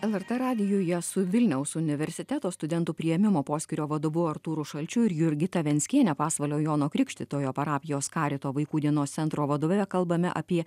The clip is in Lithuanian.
lrt radijuje su vilniaus universiteto studentų priėmimo poskyrio vadovu artūru šalčiu ir jurgita venckiene pasvalio jono krikštytojo parapijos karito vaikų dienos centro vadove kalbame apie